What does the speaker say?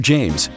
James